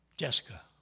Jessica